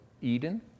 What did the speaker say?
Eden